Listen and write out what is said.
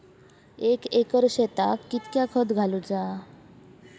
एक एकर शेताक कीतक्या खत घालूचा?